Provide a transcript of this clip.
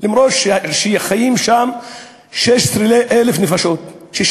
אף-על-פי שחיות שם 16,000 נפשות.